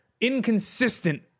inconsistent